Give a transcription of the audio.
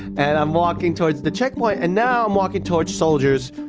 and i'm walking towards the checkpoint. and now i'm walking towards soldiers,